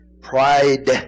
Pride